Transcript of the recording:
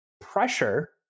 pressure